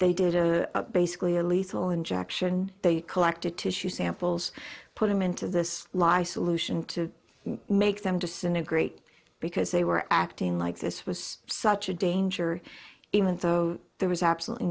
they did a basically a lethal injection they collected tissue samples put them into this lie solution to make them disintegrate because they were acting like this was such a danger even so there was absolutely